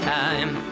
time